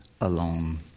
alone